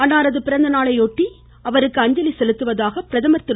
அவரது பிறந்தநாளையொட்டி அன்னாருக்கு அஞ்சலி செலுத்துவதாக பிரதமர் திரு